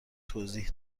توضیح